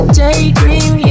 daydream